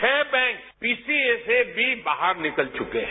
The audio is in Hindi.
छह बैंक बीसीए से भी बाहर निकल चुके हैं